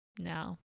No